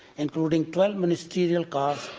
including twelve ministerial cars,